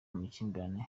amakimbirane